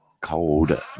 cold